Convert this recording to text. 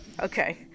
Okay